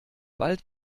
bald